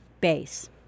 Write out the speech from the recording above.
base